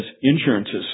insurances